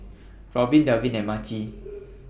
Robbin Dalvin and Maci